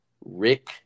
Rick